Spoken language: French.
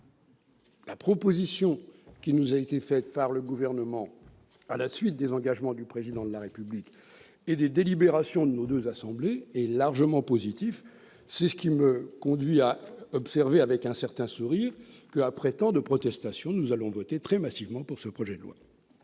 la proposition avancée par le Gouvernement, à la suite des engagements du Président de la République et des délibérations de nos deux assemblées, est largement positif. C'est ce qui me conduit à observer, avec un certain sourire, qu'après tant de protestations nous allons voter très massivement pour ce projet de loi